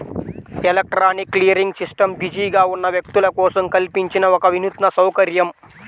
electronic clearing system బిజీగా ఉన్న వ్యక్తుల కోసం కల్పించిన ఒక వినూత్న సౌకర్యం